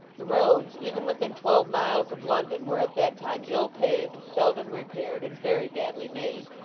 the roads, even within twelve miles of london, were at that time ill paved, seldom repaired, and very badly made.